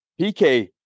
PK